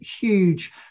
huge